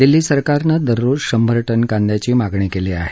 दिल्ली सरकारने दररोज शंभर टन कांद्याची मागणी केली आहे